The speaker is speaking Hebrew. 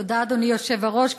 תודה, אדוני היושב-ראש.